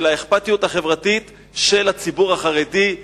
של האכפתיות החברתית של הציבור החרדי,